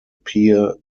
pier